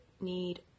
need